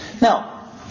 Now